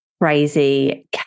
crazy